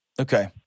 Okay